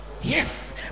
yes